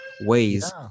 ways